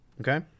Okay